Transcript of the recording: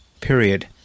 Period